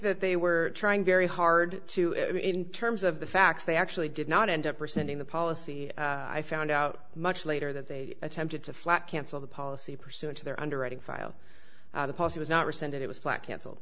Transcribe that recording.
that they were trying very hard to terms of the facts they actually did not end up resenting the policy i found out much later that they attempted to flat cancel the policy pursuant to their underwriting file the policy was not rescinded it was flat cancelled